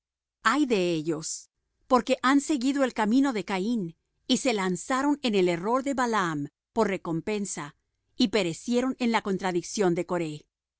ay de ellos porque han seguido el camino de caín y se lanzaron en el error de balaam por recompensa y perecieron en la contradicción de coré